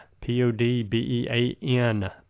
P-O-D-B-E-A-N